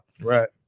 Right